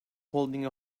holding